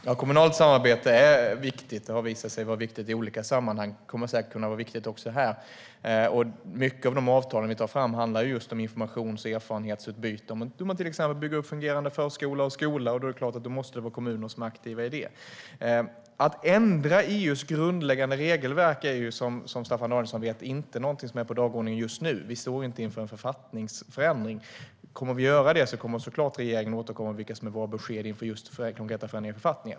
Herr talman! Kommunalt samarbete är viktigt. Det har visat sig vara viktigt i olika sammanhang och kommer säkert att vara viktigt också när det gäller det här. Många av de avtal vi tar fram handlar just om informations och erfarenhetsutbyte, till exempel om hur man bygger upp fungerande förskola och skola. Då måste vi ha kommuner som är aktiva i det. Att ändra EU:s grundläggande regelverk står, som Staffan Danielsson vet, inte på dagordningen just nu. Vi står inte inför en författningsförändring. Om vi skulle göra det skulle regeringen såklart återkomma med våra besked inför konkreta förändringar i författningen.